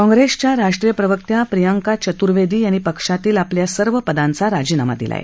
काँग्रेसच्या राष्ट्रीय प्रक्वकत्या प्रियंका चतुर्वेदी यांनी पक्षातील आपल्या सर्व पदांचा राजीनामा दिला आहे